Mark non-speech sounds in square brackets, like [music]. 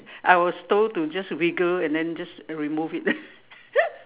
I was told to just wriggle and then just remove it [laughs]